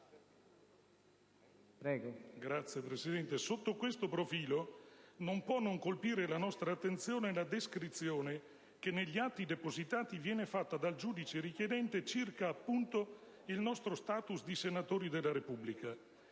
Sotto questo profilo, non può non colpire la nostra attenzione la descrizione che negli atti depositati viene fatta dal giudice richiedente circa, appunto, il nostro *status* di senatori della Repubblica.